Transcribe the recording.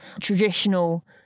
traditional